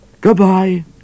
Goodbye